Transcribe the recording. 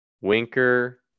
Winker